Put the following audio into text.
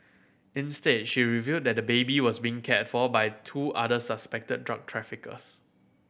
instead she revealed that the baby was being cared for by two other suspected drug traffickers